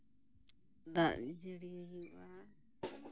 ᱫᱟᱜ ᱡᱟᱹᱲᱤ ᱦᱩᱭᱩᱜᱼᱟ